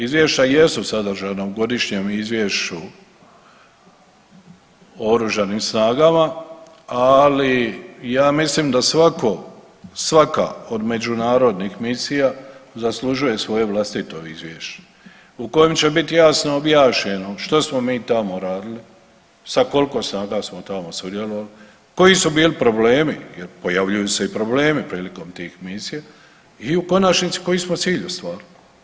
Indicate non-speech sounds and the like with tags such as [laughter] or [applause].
Izvješća jesu sadržana u Godišnjem izvješću o OSRH, ali ja mislim da svaka od međunarodnih misija zaslužuje svoje vlastito izvješće u kojem će biti jasno objašnjeno što smo mi tamo radili, sa koliko ... [unintelligible] smo tamo sudjelovali, koji su bili problemi jer pojavljuju se i problemi prilikom tih misija i u konačnici, koji smo cilj ostvarili.